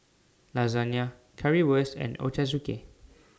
Lasagne Currywurst and Ochazuke